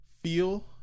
feel